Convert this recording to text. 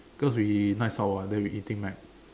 because we nights out [what] we're eating Mc